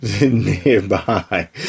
nearby